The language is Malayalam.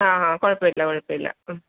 ആ ആ കുഴപ്പമില്ല കുഴപ്പമില്ല